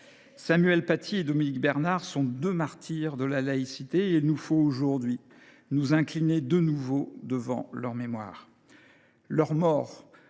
Samuel Paty et Dominique Bernard sont deux martyrs de la laïcité et il nous faut aujourd’hui nous incliner de nouveau devant leur mémoire.